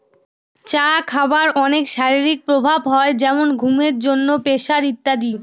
চা খাবার অনেক শারীরিক প্রভাব হয় যেমন ঘুমের জন্য, প্রেসার ইত্যাদি